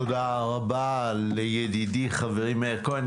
תודה רבה לידידי-חברי מאיר כהן.